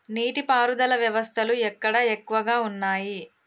నీటి పారుదల వ్యవస్థలు ఎక్కడ ఎక్కువగా ఉన్నాయి?